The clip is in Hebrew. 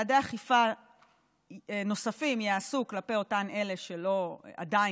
וצעדי אכיפה נוספים ייעשו כלפי אותן אלה שעדיין,